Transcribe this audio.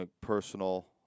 personal